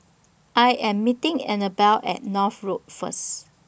I Am meeting Annabelle At North Road First